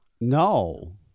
No